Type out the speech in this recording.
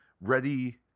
ready